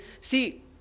see